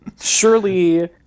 surely